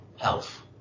health